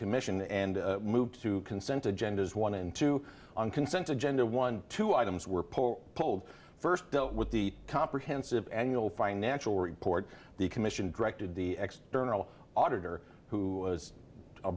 commission and move to consent agendas one and two on consent agenda one two items were poll pulled first dealt with the comprehensive annual financial report the commission directed the external auditor who was